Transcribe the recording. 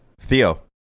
Theo